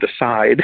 decide